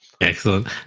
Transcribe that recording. Excellent